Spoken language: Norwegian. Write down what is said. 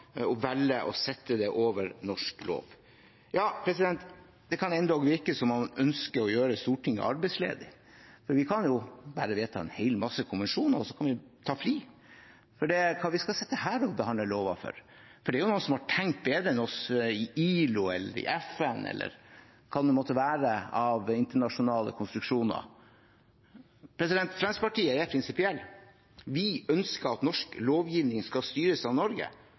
og velger å sette dem over norsk lov. Ja, det kan endog virke som om man ønsker å gjøre Stortinget arbeidsledig, for vi kan jo bare vedta en hel masse konvensjoner, og så kan vi ta fri. Hva skal vi sitte her og behandle for? Det er jo noen som har tenkt bedre enn oss i ILO eller i FN eller hva det nå måtte være av internasjonale konstruksjoner. Fremskrittspartiet er prinsipielt: Vi ønsker at norsk lovgivning skal styres av Norge.